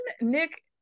Nick